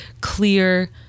clear